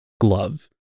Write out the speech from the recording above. glove